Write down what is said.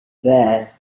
there